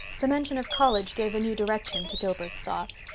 the mention of college gave a new direction to gilbert's thoughts,